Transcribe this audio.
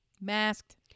Masked